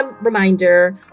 reminder